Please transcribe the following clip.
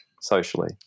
socially